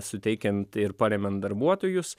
suteikiant ir paremiant darbuotojus